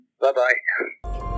bye-bye